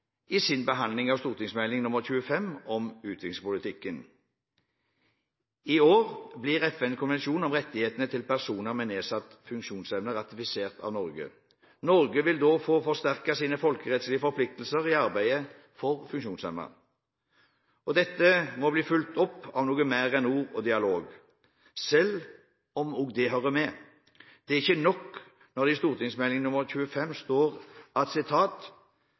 i sin behandling av Meld. St. 25 for 2012–2013 om utviklingspolitikken. I år blir FN-konvensjonen om rettighetene til mennesker med nedsatt funksjonsevne ratifisert av Norge. Norge vil da få forsterket sine folkerettslige forpliktelser i arbeidet for funksjonshemmede. Dette må bli fulgt opp av noe mer enn ord og dialog, selv om også det hører med. Det er ikke nok når det i Meld. St. 25 for 2012–2013 står: